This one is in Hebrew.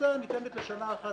מכסה ניתנת לשנה אחת,